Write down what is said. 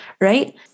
right